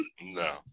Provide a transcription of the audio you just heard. No